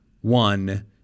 one